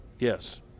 Yes